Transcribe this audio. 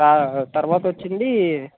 తరువాత వచ్చి అండి